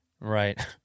Right